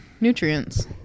nutrients